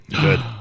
Good